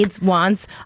wants